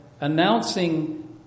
announcing